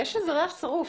יש איזה ריח שרוף,